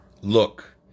Look